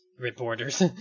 reporters